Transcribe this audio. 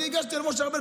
אני הגשתי על משה ארבל,